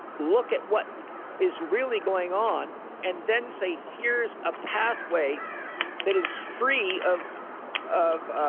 look at what is really going on and then say, here's a pathway that is free of of